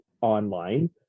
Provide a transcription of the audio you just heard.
online